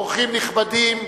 אורחים נכבדים,